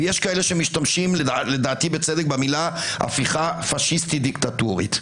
ויש כאלה שמשתמשים לדעתי בצדק במילה "הפיכה פשיסטית דיקטטורית",